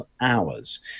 hours